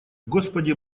господи